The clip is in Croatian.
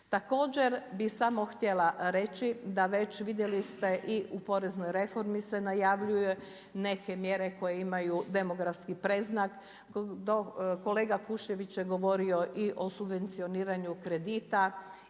Također bih samo htjela reći, da već vidjeli ste i u poreznoj reformi se najavljuju neke mjere koje imaju demografski predznak. Kolega Kušević je govorio i o subvencioniranju kredita